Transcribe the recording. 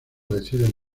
deciden